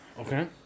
Okay